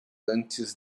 antes